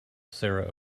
sarah